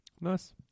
Nice